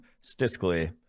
statistically